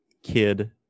Kid